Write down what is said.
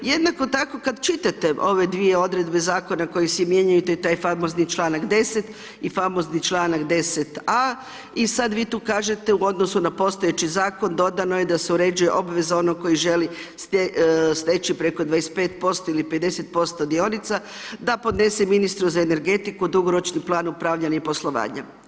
Jednako tako kada čitate ove dvije odredbe zakona koji se mijenjaju taj famozni čl. 10. i famozni čl. 10A i sada vi tu kažete u odnosu na postojeći zakon, dodano je da se uređuje obveza onog koji želi steći preko 25% ili preko 50% dionica, da podnese ministru za energetiku dugoročni plan upravljanja i poslovanja.